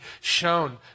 shown